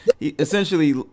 essentially